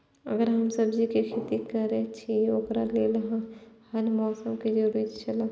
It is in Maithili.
अगर हम सब्जीके खेती करे छि ओकरा लेल के हन मौसम के जरुरी छला?